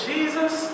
Jesus